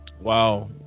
Wow